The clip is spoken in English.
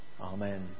Amen